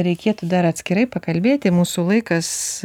reikėtų dar atskirai pakalbėti mūsų laikas